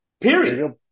Period